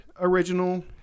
original